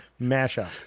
mashup